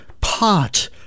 pot